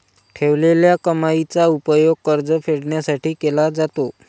ठेवलेल्या कमाईचा उपयोग कर्ज फेडण्यासाठी केला जातो